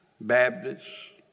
Baptists